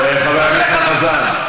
חבר הכנסת חזן.